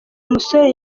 musore